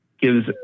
gives